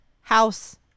house